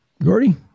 Gordy